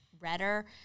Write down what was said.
redder